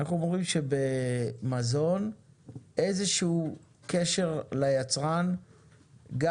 אנחנו אומרים שבמזון איזשהו קשר ליצרן גם